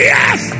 Yes